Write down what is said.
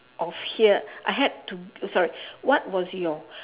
of here I had to sorry what was your